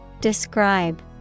Describe